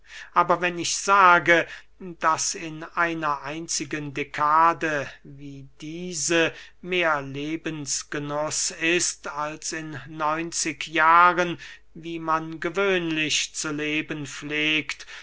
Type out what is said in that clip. aber wenn ich sage daß in einer einzigen dekade wie diese mehr lebensgenuß ist als in neunzig jahren wie man gewöhnlich zu leben pflegt